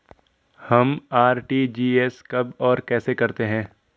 हम आर.टी.जी.एस कब और कैसे करते हैं?